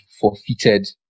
forfeited